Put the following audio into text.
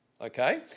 okay